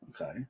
Okay